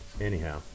Anyhow